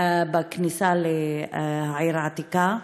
בכניסה לעיר העתיקה.